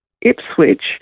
Ipswich